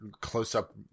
close-up